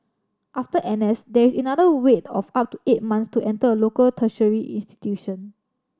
after N S there is another wait of up to eight months to enter a local tertiary institution